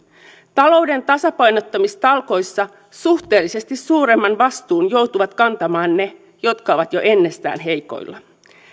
talouden tasapainottamistalkoissa suhteellisesti suuremman vastuun joutuvat kantamaan ne jotka ovat jo ennestään heikoilla